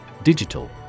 Digital